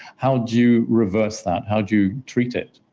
how do you reverse that? how do you treat it?